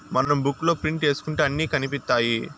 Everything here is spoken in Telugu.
మనం బుక్ లో ప్రింట్ ఏసుకుంటే అన్ని కనిపిత్తాయి